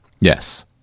Yes